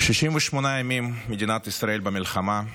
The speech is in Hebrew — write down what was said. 68 ימים מדינת ישראל במלחמה,